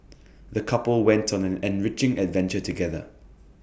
the couple went on an enriching adventure together